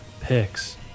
picks